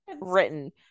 written